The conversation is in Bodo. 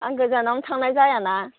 आं गोजानावनो थांनाय जाया ना